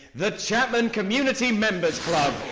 the chapman community member's club!